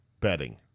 betting